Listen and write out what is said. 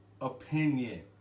opinion